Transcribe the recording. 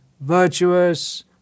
virtuous